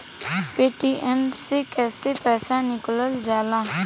Paytm से कैसे पैसा निकलल जाला?